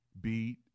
beat